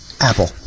Apple